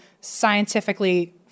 scientifically